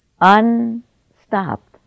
unstopped